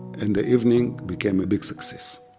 and the evening became a big success.